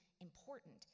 important